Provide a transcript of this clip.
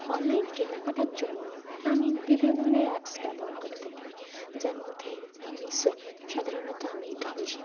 online কেনাকাটার জন্য আমি বিভিন্ন ধরনের অ্যাপস ব্যবহার করে থাকি যার মধ্যে মিশো সাধারণত আমি এটা বেশি